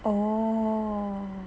oh